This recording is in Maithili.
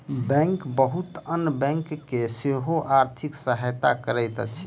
बैंक बहुत अन्य बैंक के सेहो आर्थिक सहायता करैत अछि